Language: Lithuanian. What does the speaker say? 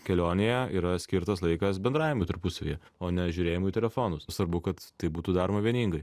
kelionėje yra skirtas laikas bendravimui tarpusavyje o ne žiūrėjimui į telefonus svarbu kad tai būtų daroma vieningai